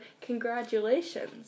Congratulations